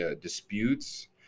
disputes